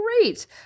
great